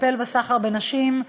שתטפל בסחר בנשים,